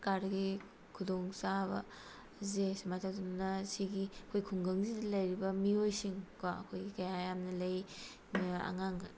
ꯁꯔꯀꯥꯔꯗꯒꯤ ꯈꯨꯗꯣꯡꯆꯥꯕꯁꯦ ꯁꯨꯃꯥꯏꯅ ꯇꯧꯗꯅ ꯁꯤꯒꯤ ꯑꯩꯈꯣꯏ ꯈꯨꯡꯒꯪꯁꯤꯗ ꯂꯩꯔꯤꯕ ꯃꯤꯑꯣꯏꯁꯤꯡꯀꯣ ꯑꯩꯈꯣꯏ ꯀꯌꯥ ꯌꯥꯝꯅ ꯂꯩ ꯑꯉꯥꯡ